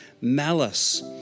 malice